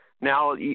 Now